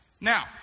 Now